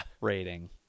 rating